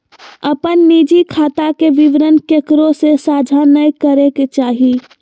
अपन निजी खाता के विवरण केकरो से साझा नय करे के चाही